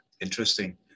interesting